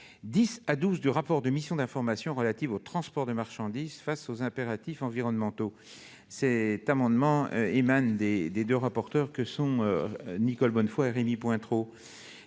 10 à 12 du rapport de la mission d'information relative au transport de marchandises face aux impératifs environnementaux. Il émane des deux rapporteurs Nicole Bonnefoy et Rémy Pointereau.